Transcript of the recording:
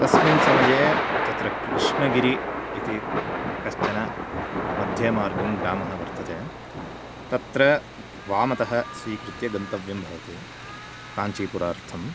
तस्मिन् समये तत्र कृष्णगिरि इति कश्चन मध्यमार्गं ग्रामः वर्तते तत्र वामतः स्वीकृत्य गन्तव्यं भवति काञ्चिपुरार्थम्